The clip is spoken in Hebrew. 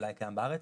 שאולי קיים בארץ.